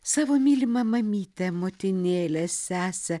savo mylimą mamytę motinėlę sesę